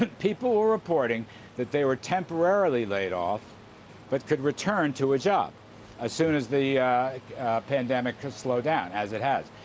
but people were reporting that they were temporarily laid off but could return to a job as soon as the pandemic slowed down, as it has.